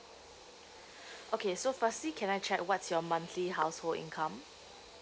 okay so firstly can I check what's your monthly household income